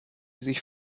sich